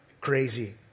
crazy